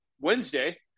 Wednesday